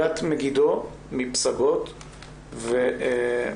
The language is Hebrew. גת מגידו מפסגות, בבקשה.